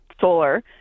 solar